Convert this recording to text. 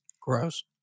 gross